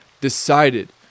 decided